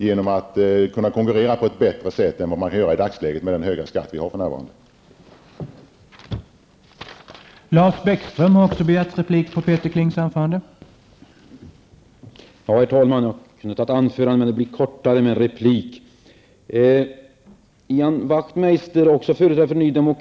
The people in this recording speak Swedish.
Den kan härigenom konkurrera på ett bättre sätt än den kan göra i dagsläget, med den höga skatt som för närvarande tas ut.